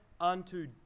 unto